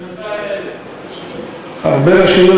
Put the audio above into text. זה 200,000. הרבה רשויות,